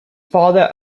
father